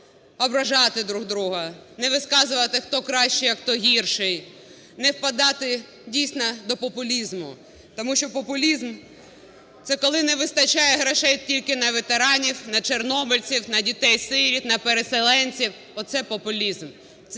ображати один одного, не висказувати, хто кращий, а хто гірший, не впадати дійсно до популізму, тому що популізм – це коли не вистачає грошей тільки на ветеранів, на чорнобильців, на дітей-сиріт, на переселенців, оце популізм.